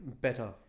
better